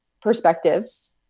perspectives